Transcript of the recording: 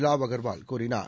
லாவ் அகர்வால் கூறினார்